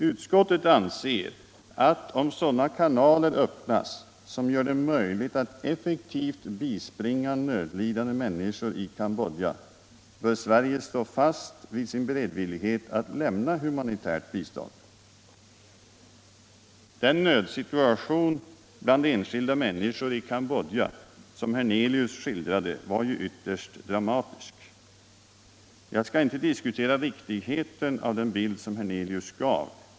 Utskottet anser att om sådana kanaler öppnas som gör det möjligt att effektivt bispringa nödlidande miinniskor i Cambodja bör Sverige stå fast vid sin beredvillighet att lämna humanitärt bistånd. Den nödsituation bland enskilda människor i Cambodja som herr Hernelius skildrade var ju ytterst dramatisk. Jag skall inte diskutera riktigheten av den bild som herr Hernelius gav.